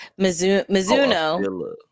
Mizuno